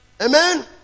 Amen